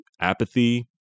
apathy